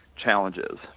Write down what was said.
challenges